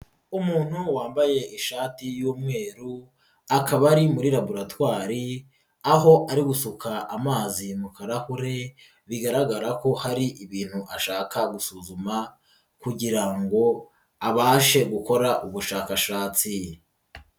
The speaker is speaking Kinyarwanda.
Umuntu wambaye ishati y'umweru akaba ari muri laboratwari, aho ari gushuka amazi mu karahure bigaragara ko hari ibintu ashaka gusuzuma kugira ngo abashe gukora ubushakashatsi.